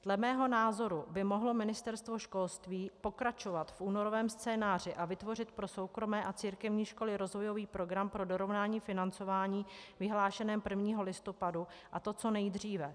Dle mého názoru by mohlo Ministerstvo školství pokračovat v únorovém scénáři a vytvořit pro soukromé a církevní školy rozvojový program pro dorovnání financování vyhlášené 1. listopadu, a to co nejdříve.